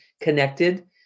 connected